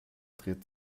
dreht